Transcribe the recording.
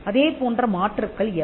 அதே போன்ற மாற்றுக்கள் எவை